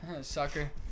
Sucker